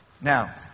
Now